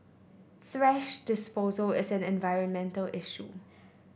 thrash disposal is an environmental issue